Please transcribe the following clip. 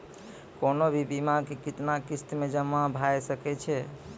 कोनो भी बीमा के कितना किस्त मे जमा भाय सके छै?